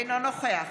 אינו נוכח